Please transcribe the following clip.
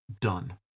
done